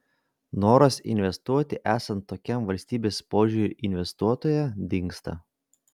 noras investuoti esant tokiam valstybės požiūriui į investuotoją dingsta